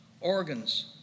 organs